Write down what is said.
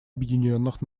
объединенных